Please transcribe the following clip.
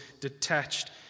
detached